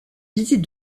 visite